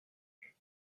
garage